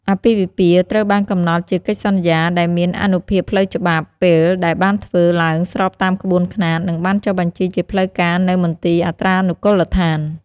អាពាហ៍ពិពាហ៍ត្រូវបានកំណត់ជាកិច្ចសន្យាដែលមានអានុភាពផ្លូវច្បាប់ ពេលដែលបានធ្វើឡើងស្របតាមក្បួនខ្នាត និងបានចុះបញ្ជីជាផ្លូវការនៅ មន្ទីរអត្រានុកូលដ្ឋាន។